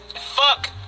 Fuck